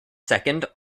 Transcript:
second